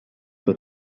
wird